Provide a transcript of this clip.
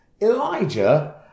Elijah